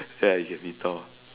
ya can be Thor